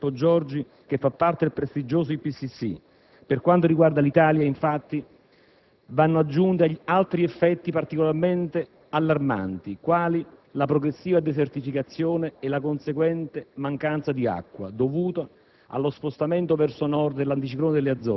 Ad affermarlo è una ricerca dello scienziato italiano Filippo Giorgi, che fa parte del prestigioso IPCC. Per quanto riguarda l'Italia, all'analisi dell'IPCC vanno aggiunti altri effetti particolarmente allarmanti, quali la progressiva desertificazione e la conseguente mancanza di acqua, dovuta